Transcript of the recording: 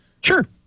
Sure